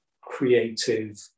creative